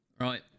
right